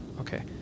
Okay